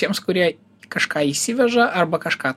tiems kurie kažką įsiveža arba kažką